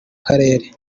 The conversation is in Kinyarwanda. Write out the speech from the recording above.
karere